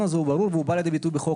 זה החשש